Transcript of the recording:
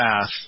path